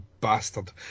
bastard